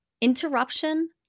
interruption